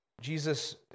Jesus